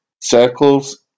Circles